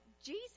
Jesus